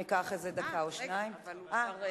נעלנו.